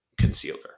concealer